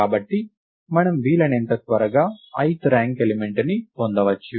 కాబట్టి మనము వీలైనంత త్వరగా ith ర్యాంక్ ఎలిమెంట్ ని పొందవచ్చు